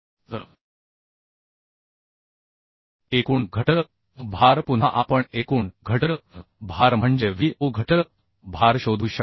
तर एकूण घटक भार पुन्हा आपण एकूण घटक भार म्हणजे w u घटक भार शोधू शकतो